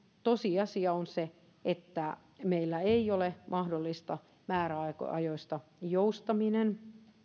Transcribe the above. tosiasia on siis se että meillä ei ole mahdollista määräajoista joustaminen